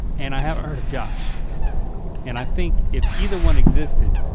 and i haven't heard of josh and i think if either one existed,